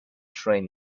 train